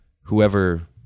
whoever